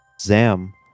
Zam